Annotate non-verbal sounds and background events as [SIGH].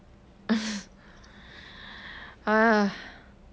[LAUGHS] ugh